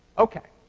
ok.